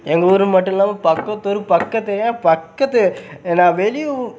எங்கள் ஊர் மட்டும் இல்லாமல் பக்கத்து ஊர் பக்கத்தெரு ஏன் பக்கத்து நான் வெளியூ